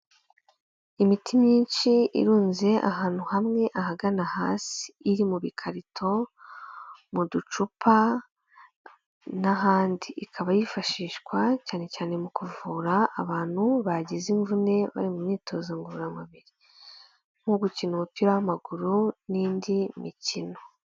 Imiti myinshi irunze ahantu hamwe ahagana hasi, iri mu bikarito, mu ducupa n'ahandi, ikaba yifashishwa cyane cyane mu kuvura abantu bagize imvune bari mu myitozo ngororamubiri nko gukina umupira w'amaguru n'indi mikino.